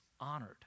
honored